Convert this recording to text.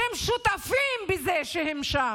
אתם שותפים בזה שהם שם.